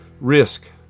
risk